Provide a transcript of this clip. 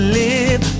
live